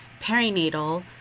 perinatal